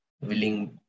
willing